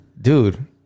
Dude